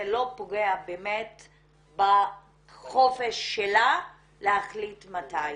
זה לא פוגע בחופש שלה להחליט מתי.